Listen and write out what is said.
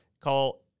Call